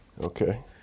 Okay